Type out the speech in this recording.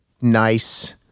nice